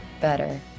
better